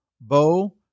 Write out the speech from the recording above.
Bo